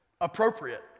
Appropriate